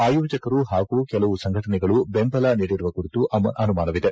ಆಯೋಜಕರು ಪಾಗೂ ಕೆಲವು ಸಂಘಟನೆಗಳು ಬೆಂಬಲ ನೀಡಿರುವ ಕುರಿತು ಅನುಮಾನವಿದೆ